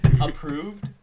approved